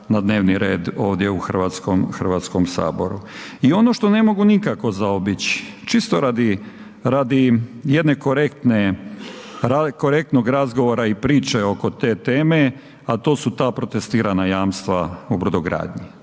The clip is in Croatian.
na dnevni red ovdje u Hrvatskom saboru. I ono što ne mogu nikako zaobići, čisto radi jednog korektnog razgovora i priče oko te teme a to su ta protestirana jamstva u brodogradnji.